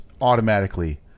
automatically